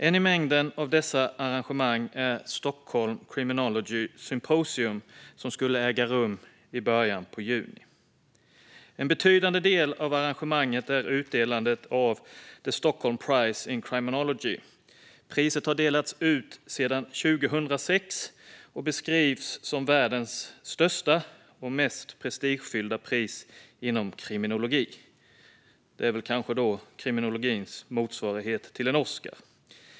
Ett i mängden av dessa arrangemang är Stockholm Criminology Symposium, som skulle äga rum i början av juni. En betydande del av arrangemanget är utdelandet av The Stockholm Prize in Criminology. Priset har delats ut sedan 2006 och beskrivs som världens största och mest prestigefyllda pris inom kriminologi. Det är kanske kriminologins motsvarighet till en Oscar.